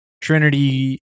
Trinity